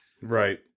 Right